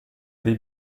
dei